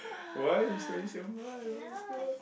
why is very sian [oh]-my-god